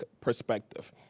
perspective